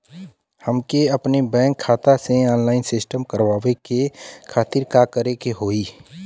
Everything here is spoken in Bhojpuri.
हमके अपने बैंक खाता के ऑनलाइन सिस्टम करवावे के खातिर का करे के होई?